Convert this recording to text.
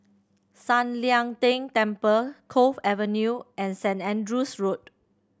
San Lian Deng Temple Cove Avenue and Saint Andrew's Road